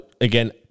again